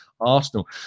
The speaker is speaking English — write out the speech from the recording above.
Arsenal